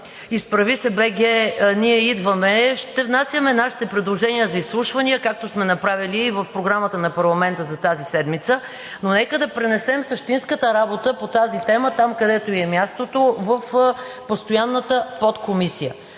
„Изправи се БГ! Ние идваме!“ ще внасяме нашите предложения за изслушвания, както сме направили и в Програмата на парламента за тази седмица, но нека да пренесем същинската работа по тази тема там, където ѝ е мястото, в постоянната подкомисия.